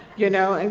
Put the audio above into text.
you know, and